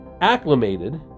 acclimated